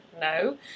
no